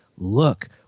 look